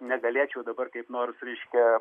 negalėčiau dabar kaip nors reiškia